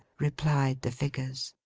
replied the figures.